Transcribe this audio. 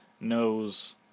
knows